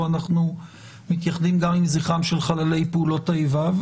אנחנו מתייחדים גם עם זכרם של חללי פעולות האיבה.